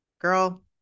Girl